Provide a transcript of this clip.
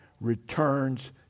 returns